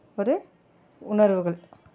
ஒரு உணர்வுகள்